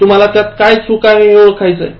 तुम्हाला त्यात चूक काय आहे हे शोधायची आहे